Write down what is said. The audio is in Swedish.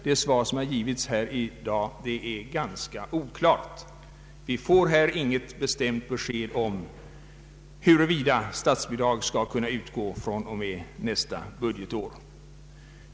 Det svar som givits här i dag är ganska oklart. Vi får inget bestämt besked i frågan huruvida statsbidrag skall kunna utgå från och med nästa budgetår.